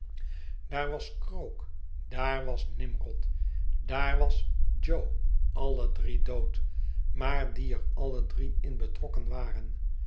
daar was krook daar was nimrod daar was jo alle drie dood maar die er alle drie in betrokken waren